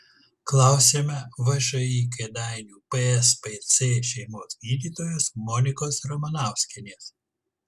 klausiame všį kėdainių pspc šeimos gydytojos monikos ramanauskienės